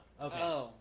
okay